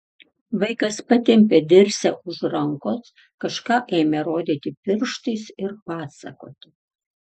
vaikas patempė dirsę už rankos kažką ėmė rodyti pirštais ir pasakoti